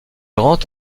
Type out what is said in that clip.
rentre